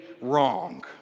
wrong